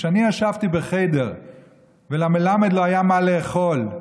כשאני ישבתי בחדר ולמלמד לא היה מה לאכול,